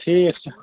ٹھیٖک چھُ